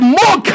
more